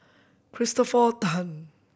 Christopher Tan